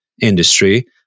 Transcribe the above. industry